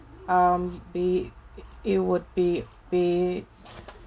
um be it would be paid